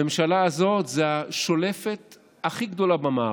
הממשלה הזאת זו היא השולפת הכי גדולה במערב.